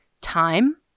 time